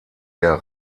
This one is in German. der